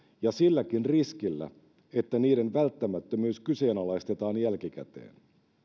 ja silläkin riskillä että niiden välttämättömyys kyseenalaistetaan jälkikäteen